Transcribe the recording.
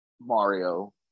Mario